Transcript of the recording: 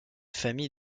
famille